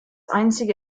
einzige